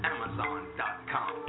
Amazon.com